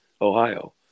Ohio